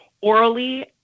orally